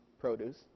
produce